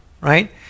right